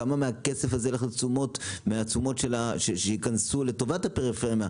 כמה מהכסף הזה הולך לתשומות שייכנסו לטובת הפריפריה.